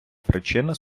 причина